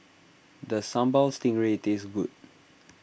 does Sambal Stingray taste good